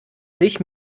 sich